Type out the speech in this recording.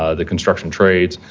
ah the construction trades,